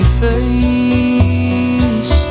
face